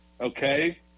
okay